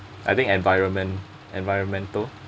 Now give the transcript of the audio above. I think environment environmental